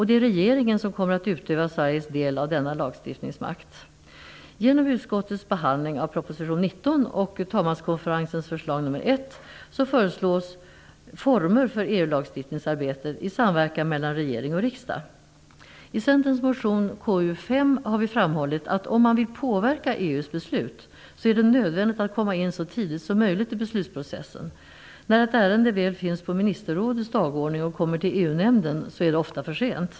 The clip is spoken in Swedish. Det är regeringen som kommer att utöva Sveriges del av denna lagstiftningsmakt. I Centerns motion K5 har vi framhållit att om man vill påverka EU:s beslut är det nödvändigt att komma in så tidigt som möjligt i beslutsprocessen. När ett ärende väl finns på ministerrådets dagordning och kommer till EU-nämnden är det ofta för sent.